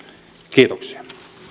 kiitoksia